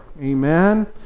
amen